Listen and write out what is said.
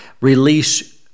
release